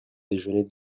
déjeuner